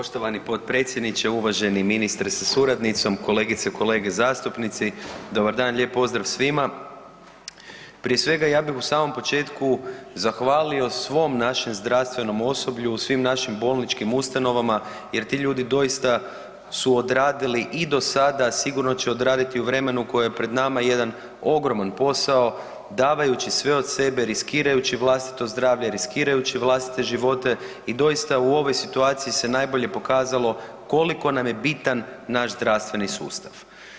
Poštovani potpredsjedniče, uvaženi ministre sa suradnicom, kolegice, kolege zastupnici, dobar dan, lijep pozdrav svima, prije svega ja bi u samom početku zahvalio svom našem zdravstvenom osoblju, svim našim bolničkim ustanovama jer ti ljudi doista su odradili i do sada, a sigurno će odraditi u vremenu koje je pred nama jedan ogroman posao davajući sve od sebe, riskirajući vlastito zdravlje, riskirajući vlastite živote i doista u ovoj situaciji se najbolje pokazalo koliko nam je bitan naš zdravstveni sustav.